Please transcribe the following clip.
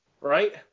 Right